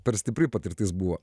per stipri patirtis buvo